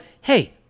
hey